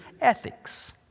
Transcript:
ethics